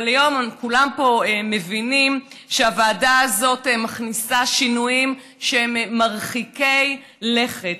אבל היום כולם פה מבינים שהוועדה הזאת מכניסה שינויים מרחיקי לכת,